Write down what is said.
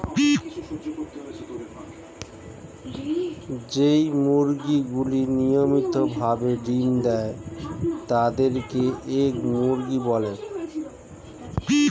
যেই মুরগিগুলি নিয়মিত ভাবে ডিম্ দেয় তাদের কে এগ দেওয়া মুরগি বলে